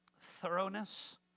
thoroughness